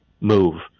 move